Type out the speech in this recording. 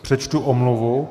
Přečtu omluvu.